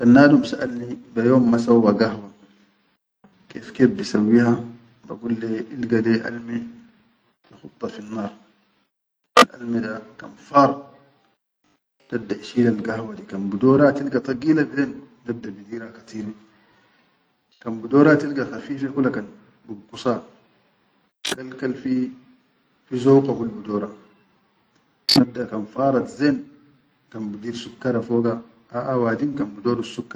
Kan nadum saʼalni be yom sawwa gahwa, kef-kef bisawwiha bagul le, ilga alme ikhudda finnar, alme da kan faar dadda ishilal gahwa di kan bidora tilga tagile bilen, dadda bidira katire, kan bidora tilga khafifa kula kan bingusa kal-kal fi, fi zausqa hul bidora, dadda kan farat zen kan bidis sukkara foga, aʼa wadin kan.